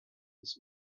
his